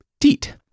teat